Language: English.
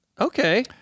Okay